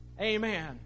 Amen